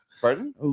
pardon